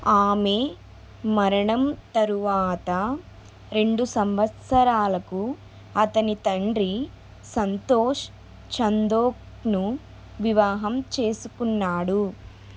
ఆమె మరణం తరువాత రెండు సంవత్సరాలకు అతని తండ్రి సంతోష్ చంధోక్ను వివాహం చేసుకున్నాడు